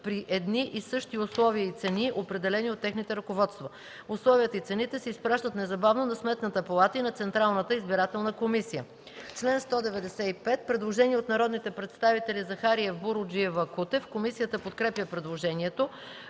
при едни и същи условия и цени, определени от техните ръководства. Условията и цените се изпращат незабавно на Сметната палата и на Централната избирателна комисия.” Член 195 – предложение от народните представители Мартин Захариев, Татяна Буруджиева и Антон Кутев. Комисията подкрепя предложението.